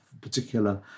particular